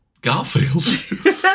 Garfield